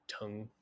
tongue